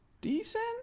decent